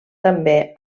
també